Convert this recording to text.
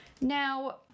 Now